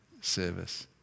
service